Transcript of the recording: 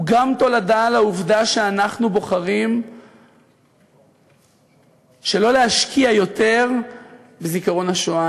הוא גם תולדה של העובדה שאנחנו בוחרים שלא להשקיע יותר בזיכרון השואה.